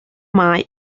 mai